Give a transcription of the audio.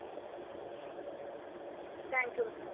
ம் thank you madam